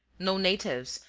no natives,